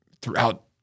throughout